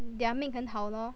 their 命很好 lor